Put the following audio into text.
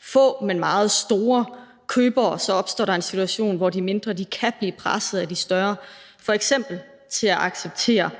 få, men meget store købere, så opstår der en situation, hvor de mindre kan blive presset af de større, f.eks. til at acceptere